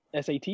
SAT